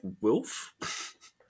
wolf